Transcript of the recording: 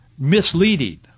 misleading